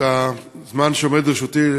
בזמן שעומד לרשותי,